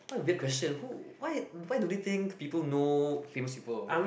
what a weird question who why why do they think people know famous people